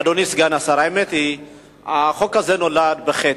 אדוני סגן השר, האמת היא שהחוק הזה נולד בחטא.